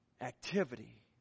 activity